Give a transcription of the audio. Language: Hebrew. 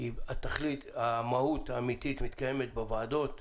כי המהות האמיתית מתקיימת בוועדות,